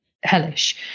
hellish